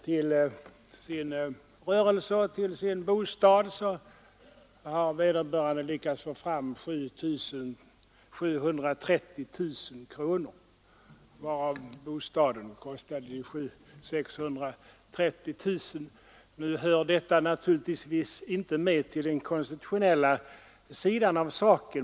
Till sin rörelse och till sin bostad har vederbörande lyckats få fram 730 000 kronor, varav bostaden till slut kom att kosta 630 000 kronor. På visst sätt har detta samband med den konstitutionella sidan av saken.